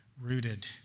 rooted